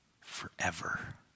forever